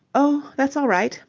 oh, that's all right.